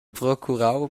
procurau